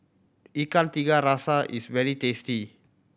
Ikan Tiga Rasa is very tasty